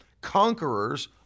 Conquerors